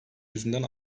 yüzünden